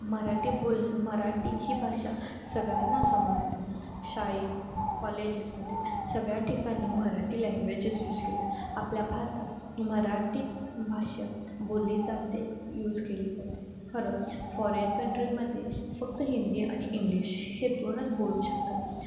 मराठी बोल मराठी ही भाषा सगळ्यांना समजतं शाळेत कॉलेजेसमध्ये सगळ्या ठिकाणी मराठी लँग्वेजेस यूज केल्या आपल्या भारतात मराठीच भाषा बोलली जाते यूज केली जाते खरं फॉरेन कंट्रीमध्ये फक्त हिंदी आणि इंग्लिश हे दोनच बोलू शकतात